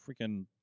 freaking